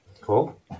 Cool